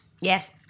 Yes